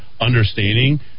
understanding